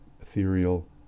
ethereal